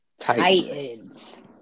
Titans